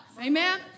Amen